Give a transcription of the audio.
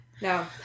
No